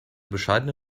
bescheidene